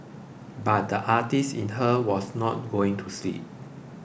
but the artist in her was not going to sleep